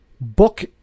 book